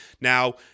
Now